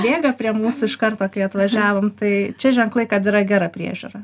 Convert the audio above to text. bėga prie mūsų iš karto kai atvažiavom tai čia ženklai kad yra gera priežiūra